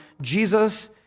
Jesus